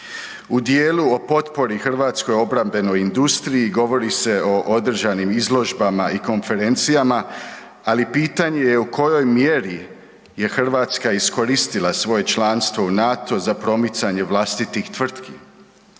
U dijelu o potpori hrvatskoj obrambenoj industriji govori se o održanim izložbama i konferencijama, ali pitanje je u kojoj mjeri je Hrvatska iskoristila svoje članstvo u NATO za promicanje vlastitih tvrtki.